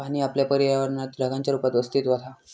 पाणी आपल्या पर्यावरणात ढगांच्या रुपात अस्तित्त्वात हा